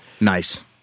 Nice